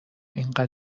اینقدر